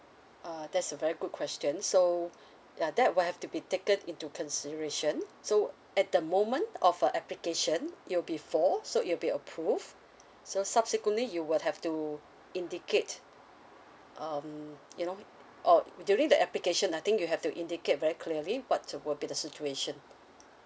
ah that's a very good question so ya that will have to be taken into consideration so at the moment of a application it'll be four so it'll be approved so subsequently you would have to indicate um you know uh during the application I think you have to indicate very clearly what will be the situation